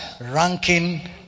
ranking